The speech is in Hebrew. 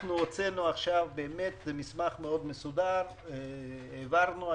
הוצאנו מסמך מאוד מסודר שאותו העברנו.